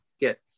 get